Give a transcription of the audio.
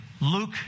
Luke